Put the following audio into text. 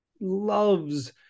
loves